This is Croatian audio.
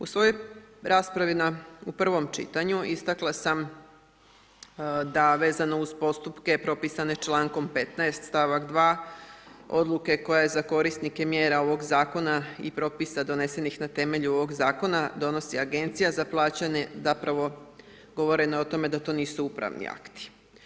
U svojoj raspravi u prvom čitanju istakla sam da vezano uz postupke propisane čl. 15. st. 2. odluke koja je za korisnike mjera ovog Zakona i propisa donesenih na temelju ovog Zakona, donosi Agencija za plaćanje zapravo … [[Govornik se ne razumije]] o tome da to nisu upravni akti.